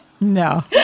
no